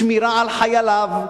שמירה על חייליו,